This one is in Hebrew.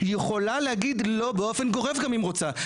היא יכולה להגיד לא באופן גורף גם אם רוצה,